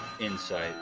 Insight